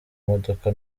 modoka